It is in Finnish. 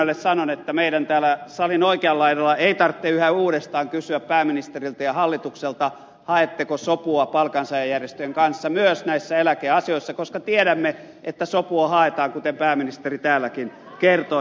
sirnölle sanon että meidän täällä salin oikealla laidalla ei tarvitse yhä uudestaan kysyä pääministeriltä ja hallitukselta haetteko sopua palkansaajajärjestöjen kanssa myös näissä eläkeasioissa koska tiedämme että sopua haetaan kuten pääministeri täälläkin kertoi